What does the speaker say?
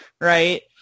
right